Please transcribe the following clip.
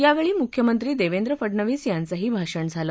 यावेळी मुख्यमंत्री देवेंद्र फडनवीस यांचंही भाषण झालं